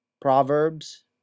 Proverbs